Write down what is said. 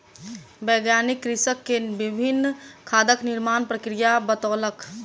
वैज्ञानिक कृषक के विभिन्न खादक निर्माण प्रक्रिया बतौलक